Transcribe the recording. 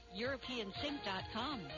europeansync.com